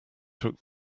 took